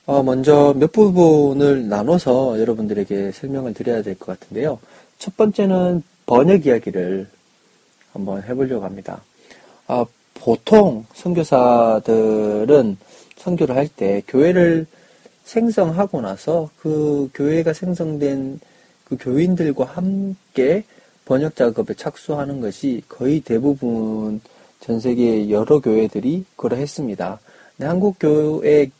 어, 먼저 몇 부분을 나눠서 여러분들에게 설명을 드려야 될 것 같은데요. 첫 번째는 번역 이야기를 한번 해보려고 합니다. 아, 보통 선교사들은 선교를 할 때 교회를 생성하고 나서 그 교회가 생성된 그 교인들과 함께 번역 작업에 착수하는 것이 거의 대부분 전 세계 여러 교회들이 그러했습니다. 근데 한국 교회